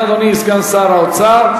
מניין, כן, אדוני, סגן שר האוצר.